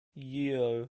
yeo